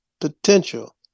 potential